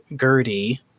Gertie